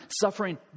Suffering